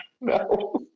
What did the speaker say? No